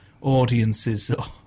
audiences